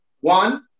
One